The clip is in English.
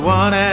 one